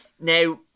Now